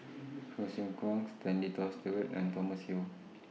Hsu Tse Kwang Stanley Toft Stewart and Thomas Yeo